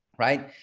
right?